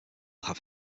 have